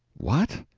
what?